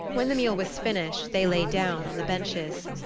when the meal was finished they lay down on the benches.